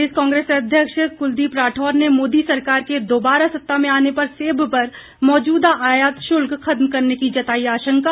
प्रदेश कांग्रेस अध्यक्ष कुलदीप राठौर ने मोदी सरकार के दोबारा सत्ता में आने पर सेब पर मौजूदा आयात शुल्क खत्म करने की जताई आशंका